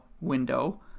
window